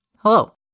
Hello